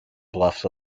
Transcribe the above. bluffs